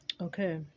okay